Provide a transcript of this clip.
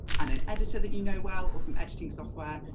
and an editor that you know well, or some editing software,